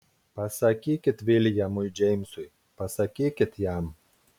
pasakykit viljamui džeimsui pasakykit jam